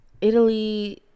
Italy